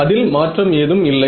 அதில் மாற்றம் ஏதும் இல்லை